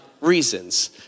reasons